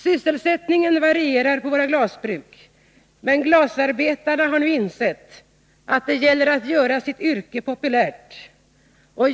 Sysselsättningen på våra glasbruk varierar, men glasarbetarna har nu insett att det gäller att göra sitt yrke populärt.